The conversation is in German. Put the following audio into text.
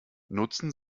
nutzen